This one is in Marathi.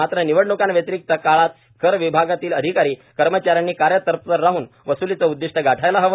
मात्र निवडण्कीव्यतिरिक्त काळात कर विभागातील अधिकारी कर्मचाऱ्यांनी कार्यतत्पर राहन वसुलीचे उद्दिष्ट गाठायला हवे